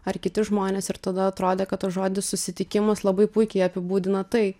ar kiti žmonės ir tada atrodė kad tas žodis susitikimus labai puikiai apibūdina tai